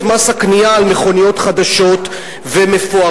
את מס הקנייה על מכוניות חדשות ומפוארות,